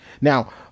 Now